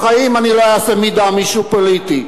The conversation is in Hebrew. בחיים אני לא אעשה מדם issue פוליטי.